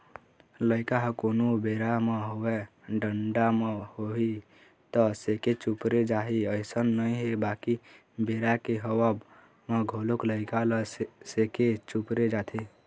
लइका ह कोनो बेरा म होवय ठंडा म होही त सेके चुपरे जाही अइसन नइ हे बाकी बेरा के होवब म घलोक लइका ल सेके चुपरे जाथे